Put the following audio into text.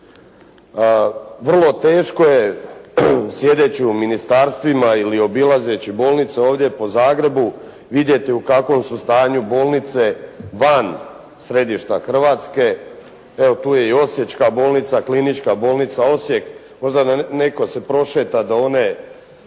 Vrlo teško je sjedeći u ministarstvima ili obilazeći bolnice ovdje po Zagrebu vidjeti u kakvom su stanju bolnice van središta Hrvatske. Evo tu je i osječka bolnica, klinička bolnica Osijek. Možda netko se prošeta do one,